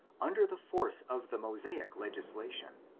under the force of the mosaic legislation,